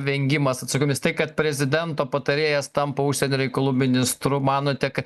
vengimas atsakomybės tai kad prezidento patarėjas tampa užsienio reikalų ministru manote ka